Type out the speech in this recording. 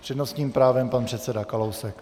S přednostním právem pan předseda Kalousek.